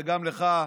וגם לך,